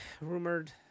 rumored